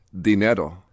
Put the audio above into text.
dinero